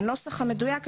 הנוסח המדויק,